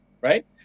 right